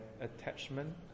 attachment